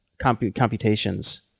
computations